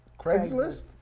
Craigslist